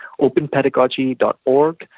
openpedagogy.org